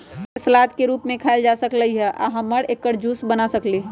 खीरा के सलाद के रूप में खायल जा सकलई ह आ हम एकर जूस बना सकली ह